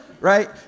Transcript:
Right